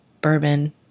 bourbon